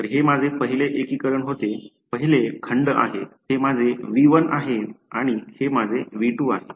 तर हे माझे पहिले एकीकरण होते पहिले खंड आहे हे माझे V1 आहे आणि हे माझे V2 आहे